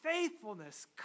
Faithfulness